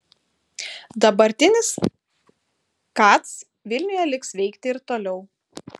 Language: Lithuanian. dabartinis kac vilniuje liks veikti ir toliau